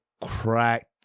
cracked